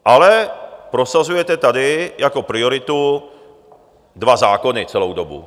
Ale prosazujete tady jako prioritu dva zákony celou dobu.